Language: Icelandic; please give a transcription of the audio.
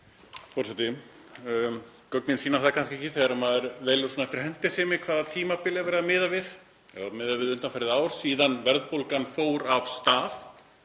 Forseti. Gögnin sýna það kannski ekki þegar maður velur eftir hentisemi hvaða tímabil er verið að miða við. Ef miðað er við undanfarið ár síðan verðbólgan fór af stað